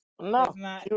No